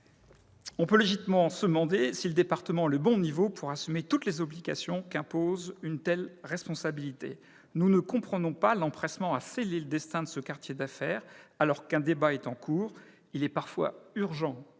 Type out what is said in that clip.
On peut légitimement se demander si le département est le bon échelon pour assumer toutes les obligations qu'impose une telle responsabilité. Nous ne comprenons pas l'empressement à sceller le destin de ce quartier d'affaires, alors qu'un débat est en cours. Il est parfois urgent